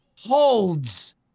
holds